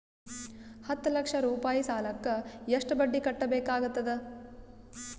ಹತ್ತ ಲಕ್ಷ ರೂಪಾಯಿ ಸಾಲಕ್ಕ ಎಷ್ಟ ಬಡ್ಡಿ ಕಟ್ಟಬೇಕಾಗತದ?